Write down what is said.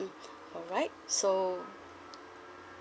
alright so